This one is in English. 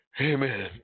Amen